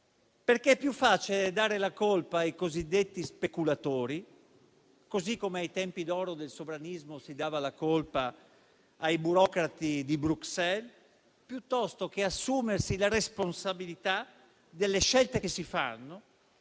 voluto: è più facile dare la colpa ai cosiddetti speculatori, così come ai tempi d'oro del sovranismo si dava la colpa ai burocrati di Bruxelles, piuttosto che assumersi la responsabilità delle scelte che si fanno,